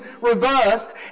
reversed